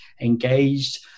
engaged